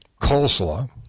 coleslaw